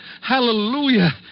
Hallelujah